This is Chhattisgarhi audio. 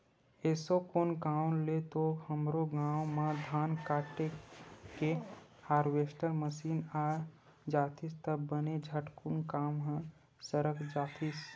एसो कोन गाँव ले तो हमरो गाँव म धान काटे के हारवेस्टर मसीन आ जातिस त बने झटकुन काम ह सरक जातिस